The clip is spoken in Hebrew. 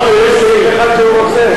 לא, יש סעיף אחד שהוא רוצה.